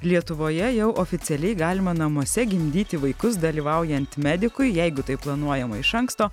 lietuvoje jau oficialiai galima namuose gimdyti vaikus dalyvaujant medikui jeigu tai planuojama iš anksto